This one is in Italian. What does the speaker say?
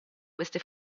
queste